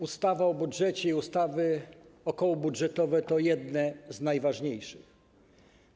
Ustawa o budżecie i ustawy okołobudżetowe to jedne z najważniejszych ustaw.